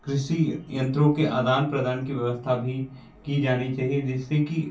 कृषि यंत्रों के आदान प्रदान की व्यवस्था भी की जानी चाहिए जिससे कि